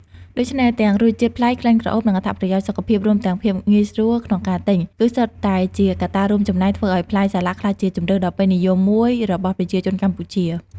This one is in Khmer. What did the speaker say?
ដូច្នេះ ទាំងរសជាតិប្លែក ក្លិនក្រអូប និងអត្ថប្រយោជន៍សុខភាព រួមទាំងភាពងាយស្រួលក្នុងការទិញ គឺសុទ្ធតែជាកត្តារួមចំណែកធ្វើឱ្យផ្លែសាឡាក់ក្លាយជាជម្រើសដ៏ពេញនិយមមួយរបស់ប្រជាជនកម្ពុជា។